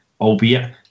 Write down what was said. albeit